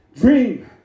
dream